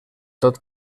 tot